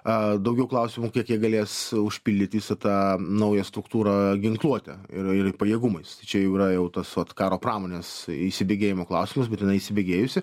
a daugiau klausimų kiek jie galės užpildyt visą tą naują struktūrą ginkluote ir pajėgumais tai čia jau yra jau tas vat karo pramonės įsibėgėjimo klausimas bet jinai įsibėgėjusi